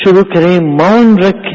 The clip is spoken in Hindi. शुरू करें मौन रखें